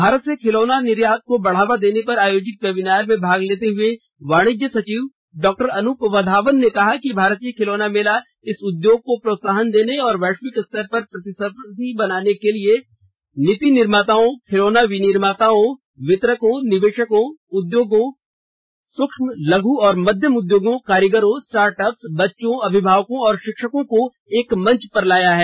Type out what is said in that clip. भारत से खिलौनों निर्यात को बढ़ावा देने पर आयोजित वेबिनार में भाग लेते हुए वाणिज्य सचिव डॉ अनूप वधावन ने कहा कि भारतीय खिलौना मेला इस उद्योग को प्रोत्साहन देने और वैश्विक स्तर पर प्रतिस्पर्धी बनाने के लिए नीति निर्माताओं खिलौना विनिर्माताओं वितरकों निवेशकों उद्योग विशेषज्ञों सूक्ष्म लघु और मध्यम उद्योगों कारीगरों स्टार्टअप्स बच्चों अभिभावकों और शिक्षकों को एक मंच लाया है